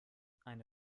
eine